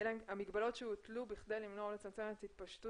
"המגבלות שהוטלו כדי למנוע או לצמצם את התפשטות